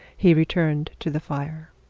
he returned to the fire.